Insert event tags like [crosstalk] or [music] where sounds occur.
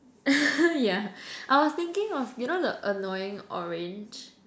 [laughs] yeah I was thinking of you know the annoying orange